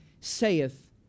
saith